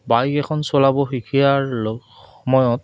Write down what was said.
bike এখন চলাব শিকিয়াৰ সময়ত